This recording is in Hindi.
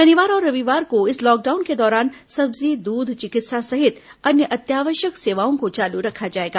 शनिवार और रविवार को इस लॉकडाउन के दौरान सब्जी दूध चिकित्सा सहित अन्य अत्यावश्यक सेवाओं को चालू रखा जाएगा